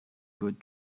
good